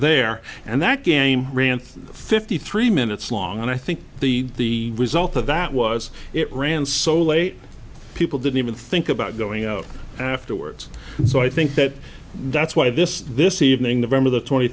there and that game ran fifty three minutes long and i think the result of that was it ran so late people didn't even think about going out afterwards so i think that that's why this this evening the realm of the twenty